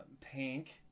pink